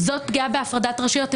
זאת פגיעה בהפרדת רשויות.